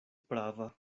prava